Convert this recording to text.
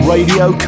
Radio